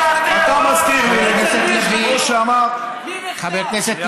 חבר הכנסת לפיד, חבר הכנסת לפיד,